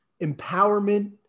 empowerment